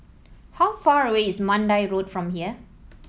how far away is Mandai Road from here